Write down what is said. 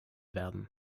werden